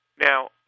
Now